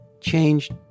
changed